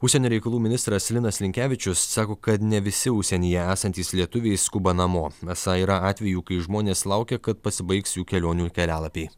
užsienio reikalų ministras linas linkevičius sako kad ne visi užsienyje esantys lietuviai skuba namo esą yra atvejų kai žmonės laukia kad pasibaigs jų kelionių kelialapiai